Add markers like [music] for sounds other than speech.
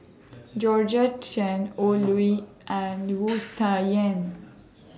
Georgette Chen Oi Lin and Wu [noise] Tsai Yen